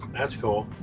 that's cool.